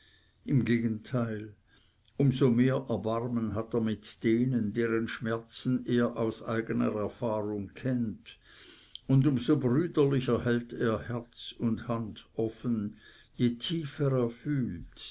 im gegenteil um so mehr erbarmen hat er mit denen deren schmerzen er aus eigener erfahrung kennt und um so brüderlicher hält er herz und hand offen je tiefer